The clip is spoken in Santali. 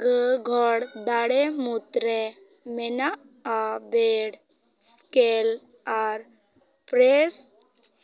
ᱜᱟᱹᱜᱷᱚᱲ ᱫᱟᱲᱮ ᱢᱩᱫᱽᱨᱮ ᱢᱮᱱᱟᱜᱼᱟ ᱵᱮᱲ ᱥᱠᱮᱞ ᱟᱨ ᱯᱨᱮᱥ